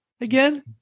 again